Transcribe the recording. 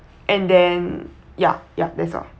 and then ya ya that's all